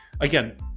Again